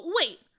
wait